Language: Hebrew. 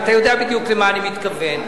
אתה יודע בדיוק למה אני מתכוון.